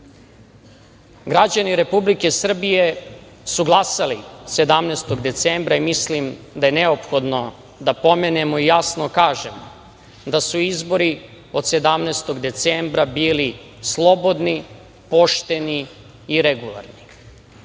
Građani Republike Srbije su glasali 17. decembra i mislim da je neophodno da pomenemo i jasno kažemo da su izbori od 17. decembra bili slobodni, pošteni i regularni.